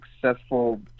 successful